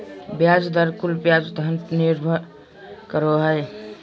ब्याज दर कुल ब्याज धन पर निर्भर करो हइ